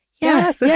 Yes